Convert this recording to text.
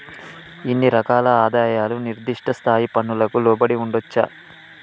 ఇన్ని రకాల ఆదాయాలు నిర్దిష్ట స్థాయి పన్నులకు లోబడి ఉండొచ్చా